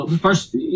First